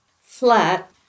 flat